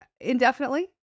indefinitely